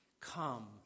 Come